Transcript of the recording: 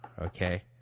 Okay